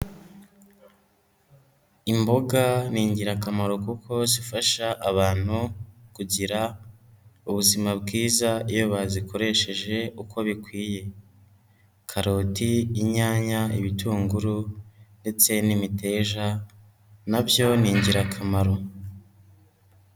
Imboga ni ingirakamaro kuko zifasha abantu kugira ubuzima bwiza, iyo bazikoresheje uko bikwiye. Karoti, inyanya, ibitunguru, ndetse n'imiteja, nabyo ni ingirakamaro.